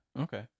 Okay